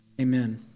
amen